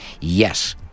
yes